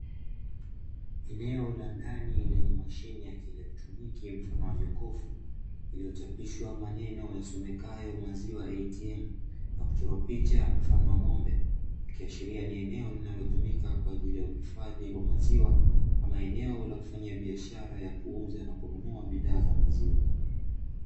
Eneo la ndanio lenye mashine ya kielektroniki mfano wa jokofu iliyochapishwa maneno yasomekayo "maziwa atm:, na kuchorwa picha mfano wa ng'ombe ikiashiria ni eneo linalotumika kwa ajili ya uhifadhi wa maziwa, ama maeneo ya kufanyia biashara ya kuuza na kununua bidhaa za maziwa.